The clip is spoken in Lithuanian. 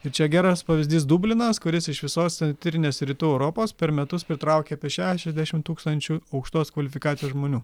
ir čia geras pavyzdys dublinas kuris iš visos centrinės rytų europos per metus pritraukia apie šešiasdešim tūkstančių aukštos kvalifikacijos žmonių